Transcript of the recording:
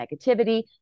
negativity